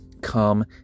come